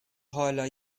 hâlâ